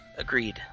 Agreed